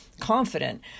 Confident